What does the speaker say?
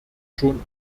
schon